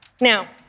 Now